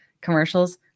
commercials